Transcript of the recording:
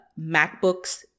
MacBooks